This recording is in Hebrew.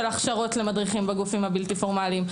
הכשרות למדריכים בגופים הבלתי פורמליים,